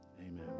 Amen